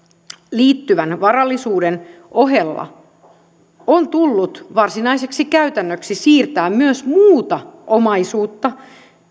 liittyvän varallisuuden ohella on tullut varsinaiseksi käytännöksi siirtää myös muuta omaisuutta